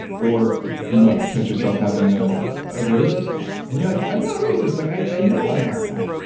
or you might catch yourself having ah a racist thought, and you're like, i'm not a racist. like i know i'm not that,